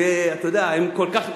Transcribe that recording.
שאני כל כך,